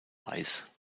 weiß